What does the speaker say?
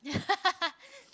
yeah